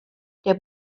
der